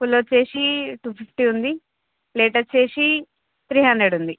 full వచ్చి two fifty ఉంది plate వచ్చి త్రీ హండ్రెడ్ ఉంది